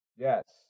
Yes